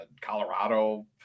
Colorado